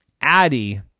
Addie